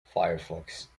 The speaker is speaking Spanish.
firefox